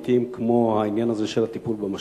כמו העניין הזה של הטיפול במשט.